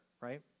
right